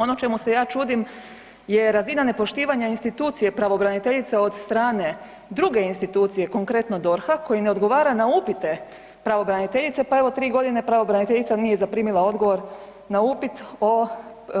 Ono čemu se ja čudim je razina nepoštivanja institucije pravobraniteljice od strane druge institucije, konkretno DORH-a koji ne odgovara na upite pravobraniteljice, pa evo 3 godine pravobraniteljica nije zaprimila odgovor na upit o